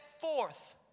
forth